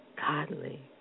godly